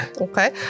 Okay